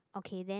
okay then